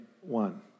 one